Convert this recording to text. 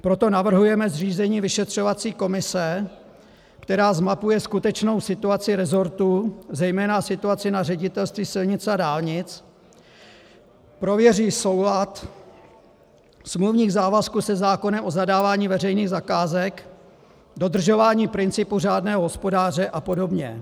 Proto navrhujeme zřízení vyšetřovací komise, která zmapuje skutečnou situaci rezortu, zejména situaci na Ředitelství silnic a dálnic, prověří soulad smluvních závazků se zákonem o zadávání veřejných zakázek, dodržování principu řádného hospodáře a podobně.